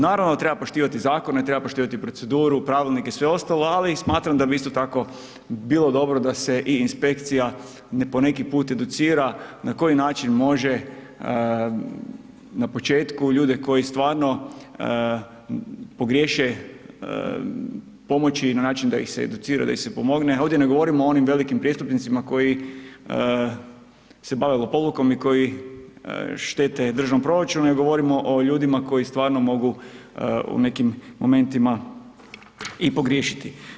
Naravno da treba poštivati zakone, treba poštivati proceduru, pravilnike i sve ostalo, ali i smatram da bi isto tako bilo dobro da se i inspekcija po neki put educira na koji način može na početku ljude koji stvarno pogriješe, pomoći im na način da ih se educira, da im se pomogne, ovdje ne govorimo o onim velikim prijestupnicima koji se bave lopovlukom i koji štete državnom proračunu, nego govorimo o ljudima koji stvarno mogu u nekim momentima i pogriješiti.